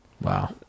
Wow